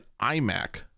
iMac